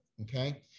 Okay